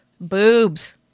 boobs